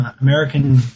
American